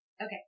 Okay